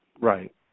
Right